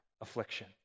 affliction